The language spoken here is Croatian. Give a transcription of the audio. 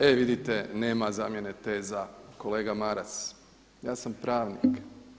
E vidite nema zamjene teza kolega Maras, ja sam pravnik.